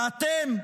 ואתם,